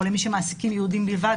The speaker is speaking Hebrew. או למי שמעסיקים יהודים בלבד,